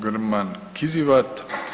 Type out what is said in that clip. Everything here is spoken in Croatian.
Grman Kizivat.